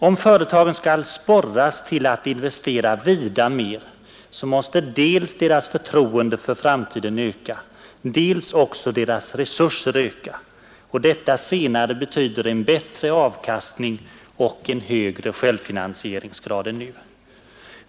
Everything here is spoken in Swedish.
Om företagen skall sporras till att investera vida mer måste dels deras förtroende för framtiden öka, dels också deras resurser öka — och detta senare betyder en bättre avkastning och en högre självfinansieringsgrad än nu.